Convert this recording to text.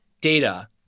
data